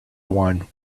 one